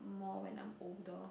more when I'm older